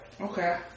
Okay